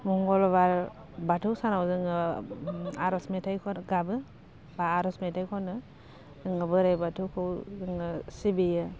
मंगलबार बाथौ सानाव जोङो आरज मेथायफोर गाबो बा आरज मेथाय खनो बोराय बाथौखौ जोङो सिबियो